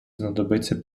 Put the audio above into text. знадобиться